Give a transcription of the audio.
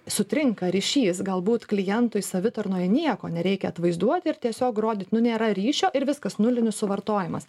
sutrinka ryšys galbūt klientui savitarnoj nieko nereikia atvaizduoti ir tiesiog rodyt nu nėra ryšio ir viskas nulinis suvartojimas